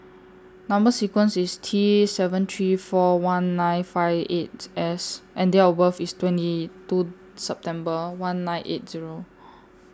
Number sequence IS T seven three four one nine five eight S and Date of birth IS twenty two September one nine eight Zero